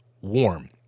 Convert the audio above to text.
warm